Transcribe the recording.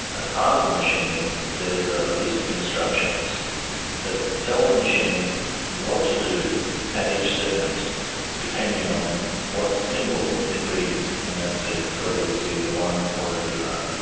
as part of the machine a list of instructions that tell the machine what to do at each segment depending on what symbol it reads in that segment, whether it sees a one or a zero.